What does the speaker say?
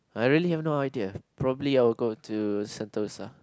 I really have no idea probably I will go to Sentosa